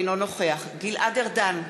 אינו נוכח גלעד ארדן,